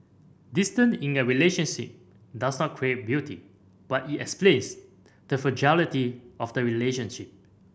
distance in a relationship does not create beauty but it explains the fragility of the relationship